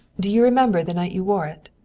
do you remember the night you wore it?